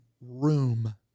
room